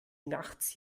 nachts